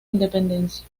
independencia